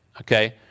okay